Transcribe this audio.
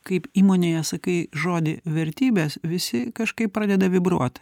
kaip įmonėje sakai žodį vertybės visi kažkaip pradeda vibruot